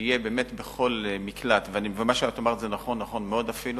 שיהיה בכל מקלט, ומה שאמרת נכון, נכון מאוד אפילו,